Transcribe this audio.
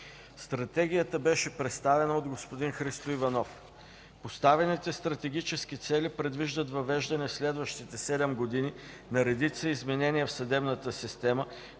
Стратегията беше представена от господин Христо Иванов. Поставените стратегически цели предвиждат въвеждане в следващите седем години на редица изменения в съдебната система,